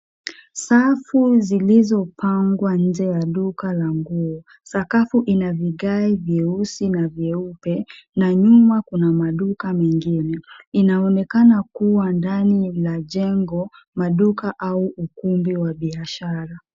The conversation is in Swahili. Safu zilizopangwa nje ya duka la nguo. Sakafu ina vigae vyeupe na vyeusi na nyuma kuna maduka mengine. Inaonekana kuwa ndani ya jengo, maduka au ukumbi wa biashara.